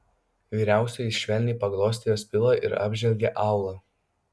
vyriausioji švelniai paglostė jos pilvą ir apžvelgė aulą